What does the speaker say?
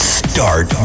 start